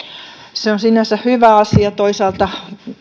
se on sinänsä hyvä asia toisaalta